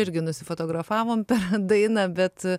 irgi nusifotografavom per dainą bet